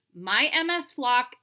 mymsflock